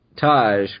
Taj